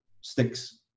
sticks